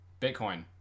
Bitcoin